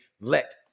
Let